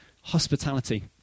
hospitality